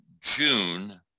June